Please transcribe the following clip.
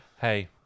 hey